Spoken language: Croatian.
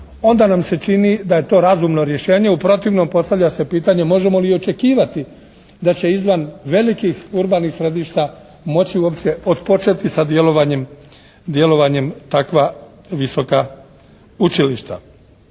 onda nam se čini da je to razumno rješenje. U protivnom postavlja se pitanje, možemo li i očekivati da će izvan velikih urbanih središta moći uopće otpočeti sa djelovanjem takva visoka učilišta?